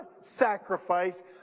sacrifice